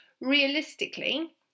realistically